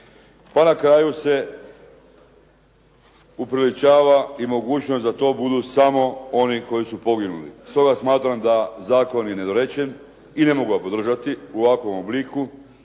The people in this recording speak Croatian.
Pa na kraju se upriličava i mogućnost da to budu samo oni koji su poginuli. Stoga smatram da zakon je nedorečen i ne mogu ga podržati u ovakvom obliku.